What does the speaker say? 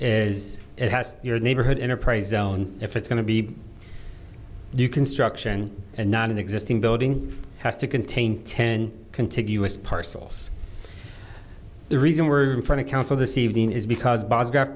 is it has your neighborhood enterprise zone if it's going to be new construction and not an existing building has to contain ten contiguous parcels the reason we're in front of council this evening is because